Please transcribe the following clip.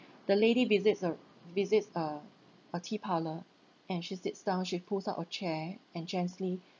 the lady visits a visits a a tea parlour and she sits down she pulls up a chair and gently